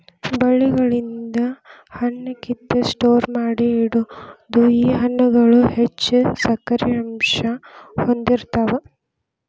ಬಳ್ಳಿಗಳಿಂದ ಹಣ್ಣ ಕಿತ್ತ ಸ್ಟೋರ ಮಾಡಿ ಇಡುದು ಈ ಹಣ್ಣುಗಳು ಹೆಚ್ಚು ಸಕ್ಕರೆ ಅಂಶಾ ಹೊಂದಿರತಾವ